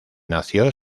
nació